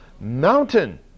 mountain